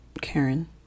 Karen